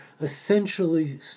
essentially